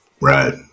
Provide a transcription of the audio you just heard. Right